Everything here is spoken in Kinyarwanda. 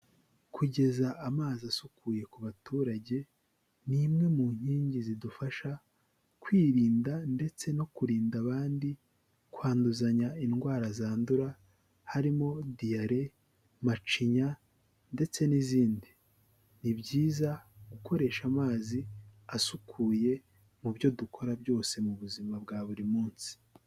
Kugeza amazi asukuye ku baturage ni imwe mu nkingi zidufasha kwirinda ndetse no kurinda abandi kwanduzanya indwara zandura, harimo diyare, macinya ndetse n'izindi. Ni byiza gukoresha amazi asukuye mu byo dukora byose mu buzima bwa buri munsi.